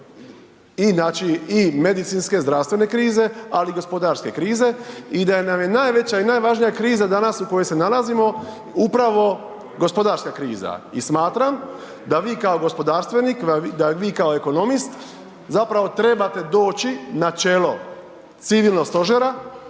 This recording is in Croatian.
i medicinske, zdravstvene krize ali i gospodarske krize i da nam je najveća i najvažnija kriza danas u kojoj se nalazimo upravo gospodarska kriza. I smatram da vi kao gospodarstvenik, da vi kao ekonomist zapravo trebate doći na čelo civilnog stožera